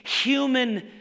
human